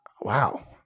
Wow